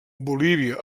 bolívia